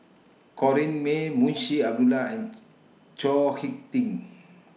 Corrinne May Munshi Abdullah and Chao Hick Tin